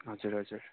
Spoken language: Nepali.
हजुर हजुर